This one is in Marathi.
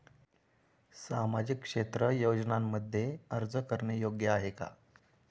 सामाजिक क्षेत्र योजनांमध्ये अर्ज करणे योग्य आहे का?